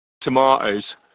Tomatoes